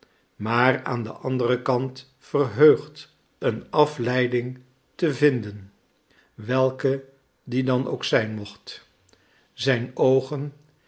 maar aan den anderen kant verheugd een afleiding te vinden welke die dan ook zijn mocht zijn oogen